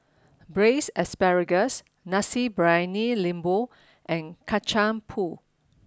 braised asparagus Nasi Briyani Lembu and Kacang pool